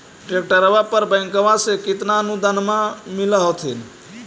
ट्रैक्टरबा पर बैंकबा से कितना अनुदन्मा मिल होत्थिन?